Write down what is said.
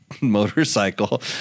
motorcycle